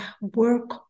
work